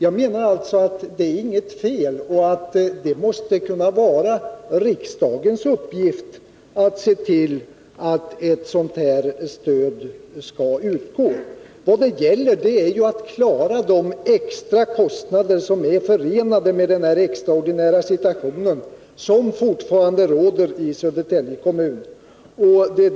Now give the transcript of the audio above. Jag menar alltså att detta inte är något fel — det måste kunna vara riksdagens uppgift att se till att ett sådant stöd utgår. Vad det gäller är att klara de extra kostnader som är förenade med den extraordinära situation som fortfarande råder i Södertälje kommun.